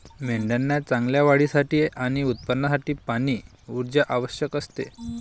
मेंढ्यांना चांगल्या वाढीसाठी आणि उत्पादनासाठी पाणी, ऊर्जा आवश्यक असते